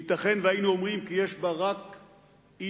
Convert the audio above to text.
ייתכן שהיינו אומרים כי יש בה רק אי-דיוק,